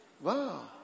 Wow